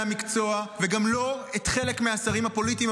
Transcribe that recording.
המקצוע וגם לא חלק מהשרים הפוליטיים.